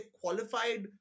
qualified